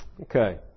Okay